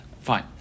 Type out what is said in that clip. Fine